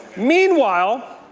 meanwhile,